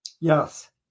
Yes